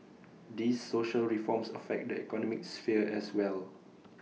these social reforms affect the economic sphere as well